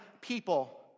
people